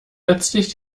letztlich